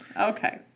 Okay